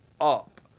up